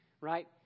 right